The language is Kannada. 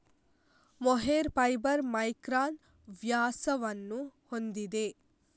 ಮೊಹೇರ್ ಫೈಬರ್ ಮೈಕ್ರಾನ್ ವ್ಯಾಸವನ್ನು ಹೊಂದಿದೆ